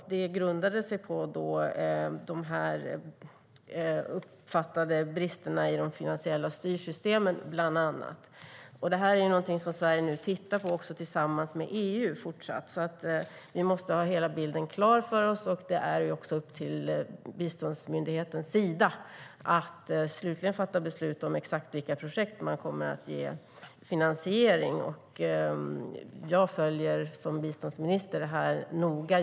Det grundades på de uppfattade bristerna i de finansiella styrsystemen, bland annat. Detta är något som Sverige nu också tittar på tillsammans med EU. Vi måste ha hela bilden klar för oss, och det är också upp till biståndsmyndigheten Sida att slutligen fatta beslut om vilka projekt man kommer att ge finansiering. Jag följer som biståndsminister detta noga.